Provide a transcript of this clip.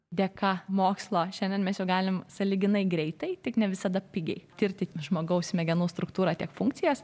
dėka mokslo šiandien mesjau galim sąlyginai greitai tik ne visada pigiai tirti žmogaus smegenų struktūrą tiek funkcijas